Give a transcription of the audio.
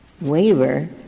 waiver